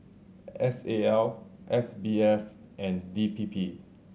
S A L S B F and D P P